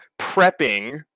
prepping